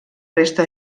resta